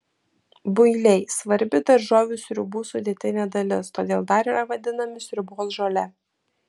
builiai svarbi daržovių sriubų sudėtinė dalis todėl dar yra vadinami sriubos žole